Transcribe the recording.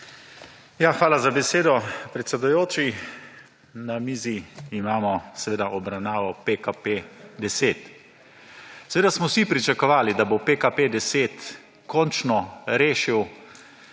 Hvala za besedo, predsedujoči. Na mizi imamo seveda obravnavo PKP10. Seveda smo vsi pričakovali, da bo PKP10 končno rešil